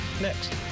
next